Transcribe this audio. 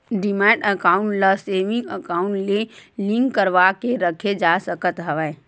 demat account ल saving account ले link करवाके रखे जा सकत हवय